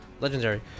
legendary